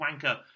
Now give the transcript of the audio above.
wanker